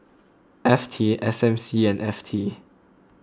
F T S M C and F T